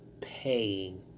paying